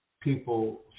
people